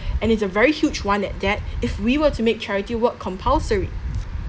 and it's a very huge one at that if we were to make charity work compulsory